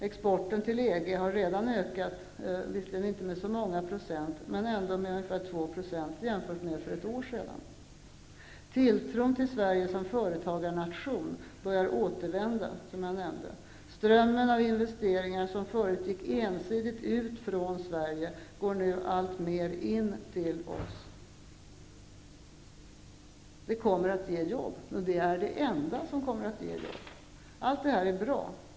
Exporten till EG har redan ökat, visserligen inte med så många procent, men ändå med ca 2 % jämfört med för ett år sedan. Tilltron till Sverige som företagarnation börjar återvända, som jag nämnde. Strömmen av investeringar, som förut gick ensidigt ut från Sverige, går nu alltmer in till oss. Det kommer att ge jobb. Det är det enda som kommer att ge jobb. Allt detta är bra.